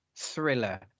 Thriller